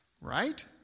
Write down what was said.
Right